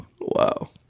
Wow